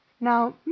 Now